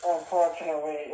Unfortunately